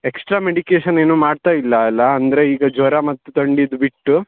extra medication ಏನೂ ಮಾಡ್ತಾಯಿಲ್ಲ ಅಲ್ಲಾ ಅಂದರೆ ಈಗ ಜ್ವರ ಮತ್ತು ಥಂಡಿದ್ ಬಿಟ್ಟು